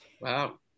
Wow